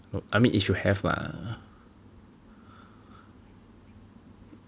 no I mean if you have lah